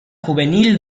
juvenil